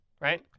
Right